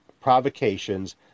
provocations